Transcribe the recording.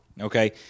Okay